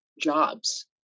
jobs